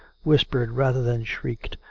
whispered rather than shrieked,